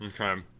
Okay